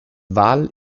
wal